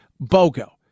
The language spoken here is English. Bogo